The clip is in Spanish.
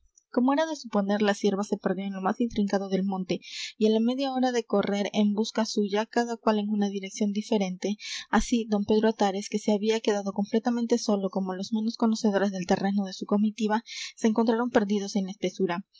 como era de suponer la cierva se perdió en lo más intrincado del monte y á la media hora de correr en busca suya cada cual en una dirección diferente así don pedro atares que se había quedado completamente solo como los menos conocedores del terreno de su comitiva se encontraron perdidos en la